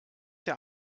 der